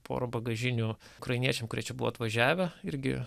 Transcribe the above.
porą bagažinių ukrainiečiam kurie čia buvo atvažiavę irgi